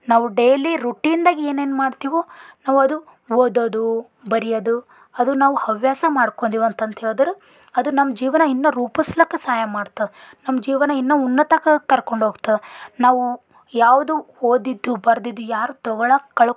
ನಾವು ಡೈಲಿ ರುಟೀನ್ದಾಗ ಏನೇನು ಮಾಡ್ತೀವೋ ನಾವು ಅದು ಓದೋದು ಬರೆಯೋದು ಅದು ನಾವು ಹವ್ಯಾಸ ಮಾಡ್ಕೊಂದಿವಿ ಅಂತಂದು ಹೇಳಿದ್ರೆ ಅದು ನಮ್ಮ ಜೀವನ ಇನ್ನೂ ರೂಪಿಸ್ಲಿಕ್ಕ ಸಹಾಯ ಮಾಡ್ತದೆ ನಮ್ಮ ಜೀವನ ಇನ್ನೂ ಉನ್ನತಕ್ಕೆ ಕರ್ಕೊಂಡು ಹೋಗ್ತದೆ ನಾವು ಯಾವುದು ಓದಿದ್ದು ಬರೆದಿದ್ದು ಯಾರು ತಗೋಳ ಕಳಕ್